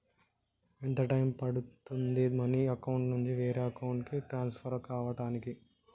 ఎంత టైం పడుతుంది money account నుంచి వేరే అకౌంట్ కి ట్రాన్స్ఫర్ కావటానికి?